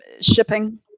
shipping